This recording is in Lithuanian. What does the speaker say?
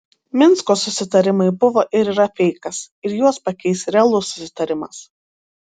minsko susitarimai buvo ir yra feikas ir juos pakeis realus susitarimas